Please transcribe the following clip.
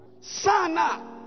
Sana